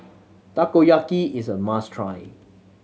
takoyaki is a must try